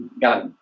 got